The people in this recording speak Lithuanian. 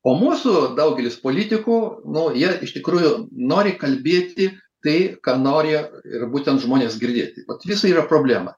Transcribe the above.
o mūsų daugelis politikų na ji iš tikrųjų nori kalbėti tai ką nori ir būtent žmonės girdėti kad visa yra problema